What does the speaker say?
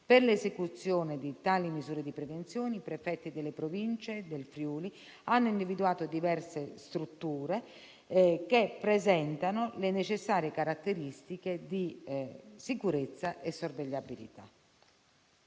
Per l'esecuzione di tali misure di prevenzione i prefetti delle province del Friuli hanno individuato diverse strutture che presentano le necessarie caratteristiche di sicurezza e sorvegliabilità.